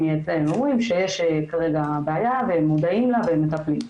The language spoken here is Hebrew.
הם אומרים שיש כרגע בעיה והם מודעים לה והם מטפלים.